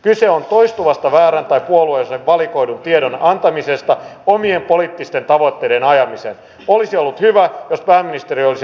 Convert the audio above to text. joulukuuta konkreettisista toimista joilla suomi vastaa ranskan pariisin terrori iskujen jälkeen esittämään avunantopyyntöön sekä yhdysvaltain pyyntöön liittyen isis vastaiseen koalitioon